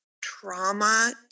trauma